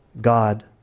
God